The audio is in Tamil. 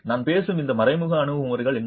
நான் பேசும் இந்த மறைமுக அணுகுமுறைகள் என்ன